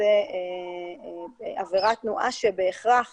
סייבר וואן פיתחה מערכת